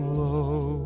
low